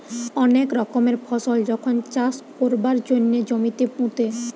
অনেক রকমের ফসল যখন চাষ কোরবার জন্যে জমিতে পুঁতে